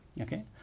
okay